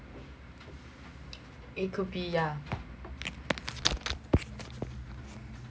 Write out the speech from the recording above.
it could be yeah